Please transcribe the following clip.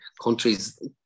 countries